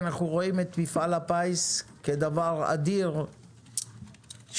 אנחנו רואים את מפעל הפיס כדבר אדיר שתרם